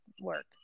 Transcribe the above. work